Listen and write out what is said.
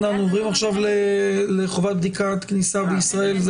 עוברים לתקנות של חובת ביצוע בדיקה בכניסה לישראל.